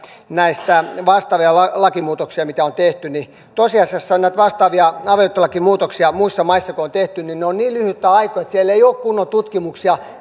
näistä vastaavista lakimuutoksista mitä on tehty niin tosiasiassa kun on tehty näitä vastaavia avioliittolakimuutoksia muissa maissa ne ovat niin lyhyitä aikoja että siellä ei ole kunnon tutkimuksia